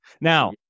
Now